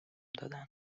دادن